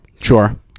sure